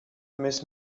miss